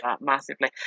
massively